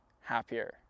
happier